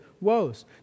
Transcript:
woes